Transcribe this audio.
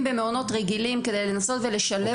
במעונות רגילים כדי לנסות ולשלב אותם.